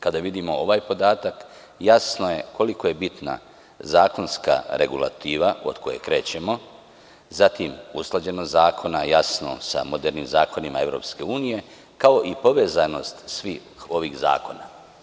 Kada vidimo ovaj podatak, jasno je koliko je bitna zakonska regulativa od koje krećemo, zatim, usklađenost zakona sa modernim zakonima EU, kao i povezanost svih ovih zakona.